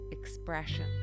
expression